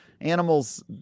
Animals